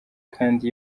kandi